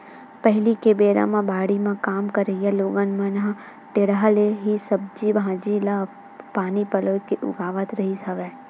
पहिली के बेरा म बाड़ी म काम करइया लोगन मन ह टेंड़ा ले ही सब्जी भांजी ल पानी पलोय के उगावत रिहिस हवय